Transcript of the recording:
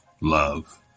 love